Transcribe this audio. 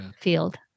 field